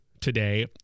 today